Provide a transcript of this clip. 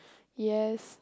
yes